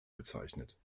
bezeichnet